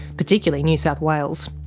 particularly new south wales.